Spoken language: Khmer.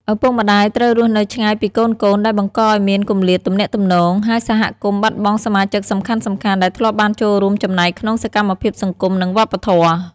ឪពុកម្តាយត្រូវរស់នៅឆ្ងាយពីកូនៗ ដែលបង្កឲ្យមានគម្លាតទំនាក់ទំនង ហើយសហគមន៍បាត់បង់សមាជិកសំខាន់ៗដែលធ្លាប់បានចូលរួមចំណែកក្នុងសកម្មភាពសង្គម និងវប្បធម៌។